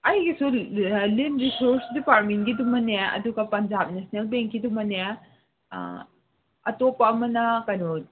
ꯑꯩꯒꯤꯁꯨ ꯂꯤꯟ ꯔꯤꯁꯣꯔꯁ ꯗꯤꯄꯥꯔꯠꯃꯦꯟꯒꯤꯗꯨꯃꯅꯦ ꯑꯗꯨꯒ ꯄꯟꯖꯥꯞ ꯅꯦꯁꯅꯦꯜ ꯕꯦꯡꯀꯤꯗꯨꯃꯅꯦ ꯑꯇꯣꯞꯄ ꯑꯃꯅ ꯀꯩꯅꯣ